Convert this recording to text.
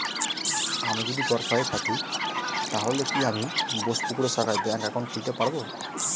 আমি যদি গরফায়ে থাকি তাহলে কি আমি বোসপুকুরের শাখায় ব্যঙ্ক একাউন্ট খুলতে পারবো?